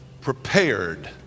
prepared